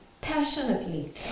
passionately